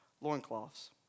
loincloths